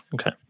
Okay